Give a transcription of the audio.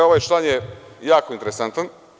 Ovaj član je jako interesantan.